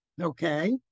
Okay